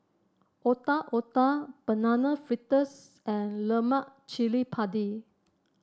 Otak Otak Banana Fritters and Lemak Cili Padi